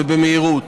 ובמהירות.